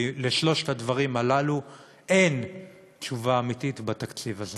ועל שלושת הדברים הללו אין תשובה אמיתית בתקציב הזה.